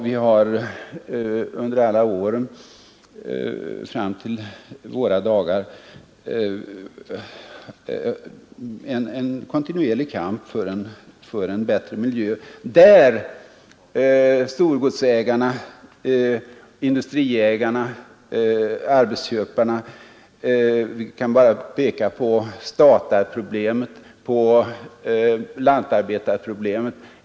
Vi har under alla år fram till våra dagar fört en kontinuerlig kamp för en bättre miljö gentemot storgodsägarna, industriägarna, arbetsköparna. Jag kan bara peka på statarproblemet, på lantarbetarproblemet.